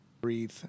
breathe